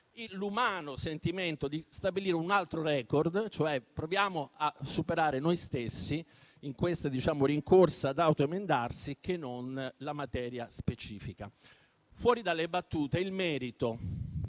l'umano sentimento di stabilire un altro *record*, cioè proviamo a superare noi stessi, in questa rincorsa ad autoemendarsi, che non la materia specifica. Fuori dalle battute, parliamo